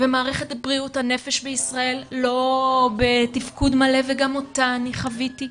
ומערכת בריאות הנפש בישראל לא בתפקוד מלא וגם אותה אני חוויתי.